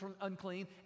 unclean